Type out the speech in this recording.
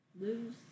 lose